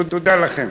תודה לכם.